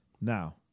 Now